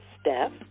Steph